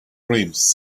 dreams